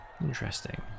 Interesting